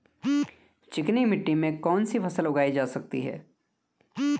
चिकनी मिट्टी में कौन सी फसल उगाई जा सकती है?